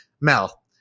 Mel